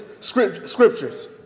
scriptures